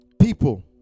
People